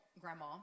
grandma